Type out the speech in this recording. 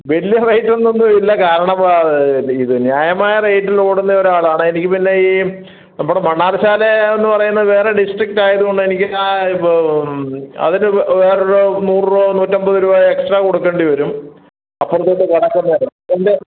ബില്ലും റേറ്റൊന്നുമില്ല കാരണം ഇത് ന്യായമായ റേറ്റിലോടുന്ന ഒരാളാണ് എനിക്ക് പിന്നെ ഈ നമ്മുടെ മണ്ണാറശ്ശാല എന്നു പറയുന്നത് വേറെ ഡിസ്ട്രിക്ടായതുകൊണ്ട് എനിക്ക് ആ ഇപ്പോൾ അതിന് വേറൊരു നൂറ് രൂപ നൂറ്റമ്പത് രൂപ എക്സ്ട്രാ കൊടുക്കേണ്ടി വരും അപ്പം തൊട്ട് വടക്കോട്ട് വരണം എന്തെ